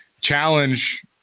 challenge